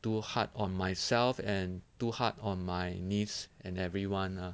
too hard on myself and too hard on my niece and everyone lah